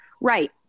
right